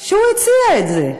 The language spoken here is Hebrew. שהוא הציע את זה,